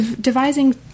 devising